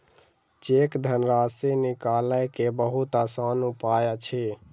cheque धनराशि निकालय के बहुत आसान उपाय अछि